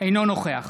אינו נוכח